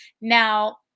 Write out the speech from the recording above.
Now